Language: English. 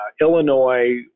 Illinois